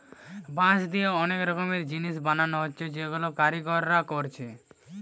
বাঁশ দিয়ে অনেক রকমের জিনিস বানানা হচ্ছে যেগুলা কারিগররা কোরছে